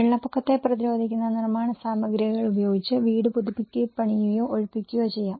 വെള്ളപ്പൊക്കത്തെ പ്രതിരോധിക്കുന്ന നിർമ്മാണ സാമഗ്രികൾ ഉപയോഗിച്ചു വീട് പുതുക്കിപ്പണിയുകയോ ഒഴിപ്പിക്കുകയോ ചെയ്യാം